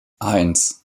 eins